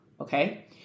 okay